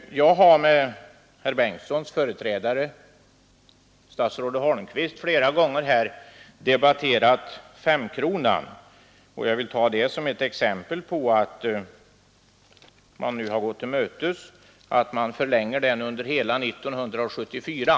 Jag har med herr Bengtssons företrädare, statsrådet Holmqvist, flera gånger här debatterat den s.k. femkronan, och jag ser såsom ett exempel på att man tillmötesgår oss att giltighetstiden för den förlängs att gälla hela år 1974.